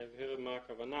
אני אבהיר מה הכוונה.